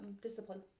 discipline